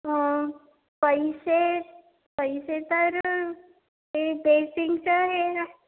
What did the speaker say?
हं पैसे पैसे तर ते बेसिनचं हे